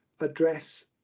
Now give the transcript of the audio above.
address